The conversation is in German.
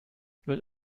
wird